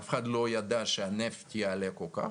אף אחד לא ידע שהנפט יעלה כל כך,